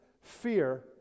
fear